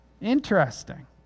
Interesting